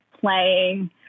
playing